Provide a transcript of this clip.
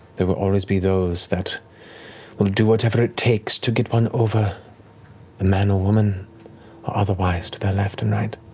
there will always be those that will do whatever it takes to get one over the man or woman or otherwise to their left and right.